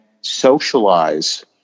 socialize